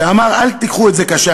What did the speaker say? שאמר: "אל תיקחו את זה קשה,